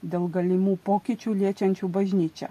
dėl galimų pokyčių liečiančių bažnyčią